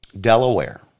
Delaware